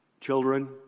Children